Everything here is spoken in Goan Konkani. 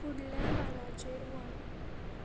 फुडल्या भागाचेर व्हर